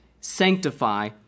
Sanctify